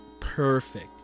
perfect